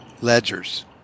Ledgers